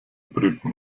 brüten